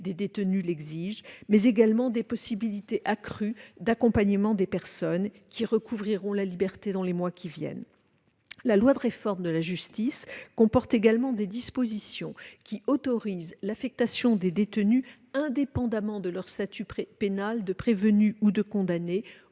des détenus l'exige, mais également des possibilités accrues d'accompagnement des personnes qui recouvreront la liberté dans les mois qui suivent. La loi de réforme de la justice comporte également des dispositions qui autorisent l'affectation des détenus indépendamment de leur statut pénal de prévenu ou de condamné,